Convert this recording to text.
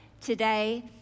today